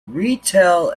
retail